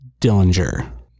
Dillinger